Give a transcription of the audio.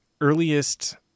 earliest